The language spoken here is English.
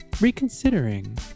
reconsidering